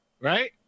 right